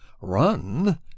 run